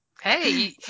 Hey